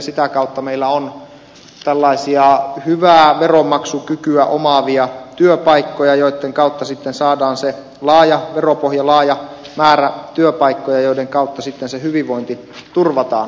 sitä kautta meillä on tällaisia hyvää veronmaksukykyä omaavia työpaikkoja joitten kautta saadaan se laaja veropohja laaja määrä työpaikkoja joiden kautta sitten se hyvinvointi turvataan